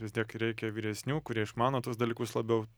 vis tiek reikia vyresnių kurie išmano tuos dalykus labiau